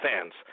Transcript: fans